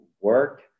work